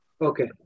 Okay